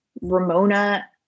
Ramona